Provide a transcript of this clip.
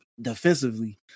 defensively